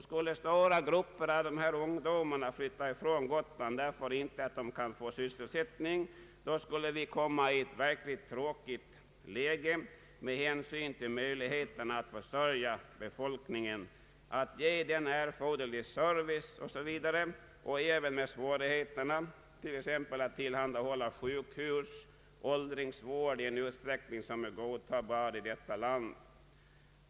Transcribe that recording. Skulle stora grupper av ungdomar flytta från Gotland därför att de inte kan få sysselsättning där, då skulle vi hamna i ett verkligt tråkigt läge när det gäller möjligheten att försörja befolkningen, ge den erforderlig service o.s.v. Det skulle även bli svårt att tillhandahålla befolkningen sjukhusoch åldringsvård i en utsträckning som anses godtagbar i detta land.